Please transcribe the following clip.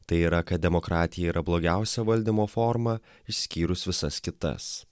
tai yra kad demokratija yra blogiausia valdymo forma išskyrus visas kitas